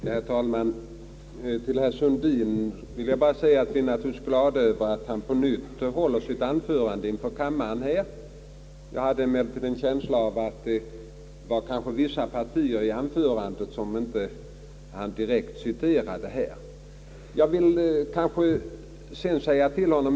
Herr talman! Till herr Sundin vill jag bara säga att vi naturligtvis är glada över att han på nytt hållit sitt anförande inför kammaren. Jag hade emellertid en känsla av att det fanns vissa partier i det tidigare anförandet som han inte direkt citerade här.